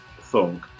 thunk